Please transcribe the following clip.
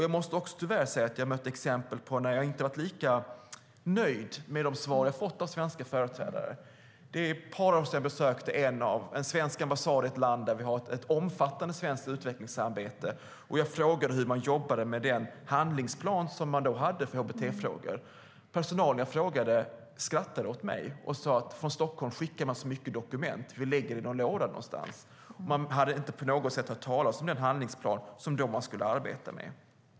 Jag måste också tyvärr säga att jag har mött exempel där jag inte har varit lika nöjd med de svar jag har fått av svenska företrädare. För ett par år sedan besökte jag en svensk ambassad i ett land där vi har ett omfattande svenskt utvecklingsarbete. Jag frågade hur man jobbade med den handlingsplan som man då hade för hbt-frågor. Personalen som jag frågade skrattade åt mig och sade: Från Stockholm skickar man så mycket dokument. Vi lägger det i en låda någonstans. Man hade inte på något sätt hört talas om den handlingsplan som man skulle arbeta med.